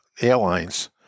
airlines